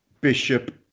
Bishop